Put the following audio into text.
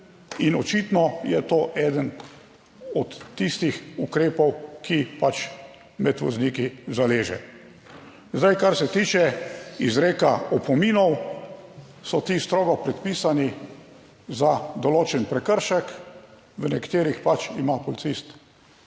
očitno je to eden od tistih ukrepov, ki pač med vozniki zaleže. Zdaj, kar se tiče izreka opominov, so ti strogo predpisani za določen prekršek. V nekaterih pač ima policist